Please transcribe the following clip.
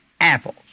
apples